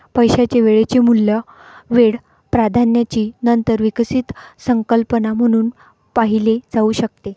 पैशाचे वेळेचे मूल्य वेळ प्राधान्याची नंतर विकसित संकल्पना म्हणून पाहिले जाऊ शकते